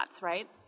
right